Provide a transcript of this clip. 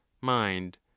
mind